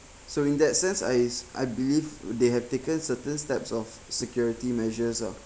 so in that sense I se~ I believe they have taken certain steps of security measures ah